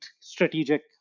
strategic